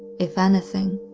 if anything.